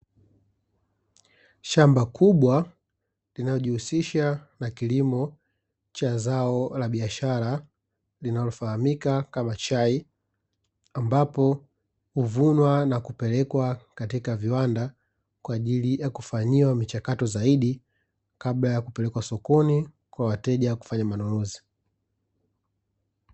Shamba kubwa linalojihusisha na kilimo cha zao la biashara linalofahamika kama chai. Ambapo huvunwa na kupelekwa katika viwanda, kwa ajili ya kufanyiwa michakati zaidi kabla ya kupelekwa sokoni kwa wateja kufanya manunuzi.